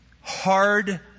Hard